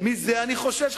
מזה אני חושש,